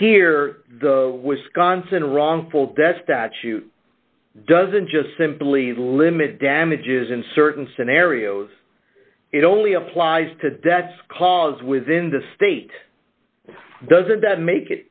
re wisconsin wrongful death statute doesn't just simply limit damages in certain scenarios it only applies to debts clause within the state doesn't that make